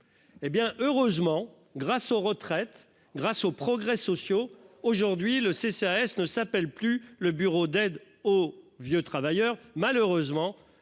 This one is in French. Eh bien heureusement, grâce aux retraites grâce aux progrès sociaux aujourd'hui le CCAS ne s'appelle plus le bureau d'aide aux vieux travailleurs malheureusement